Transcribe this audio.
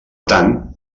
tant